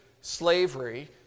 slavery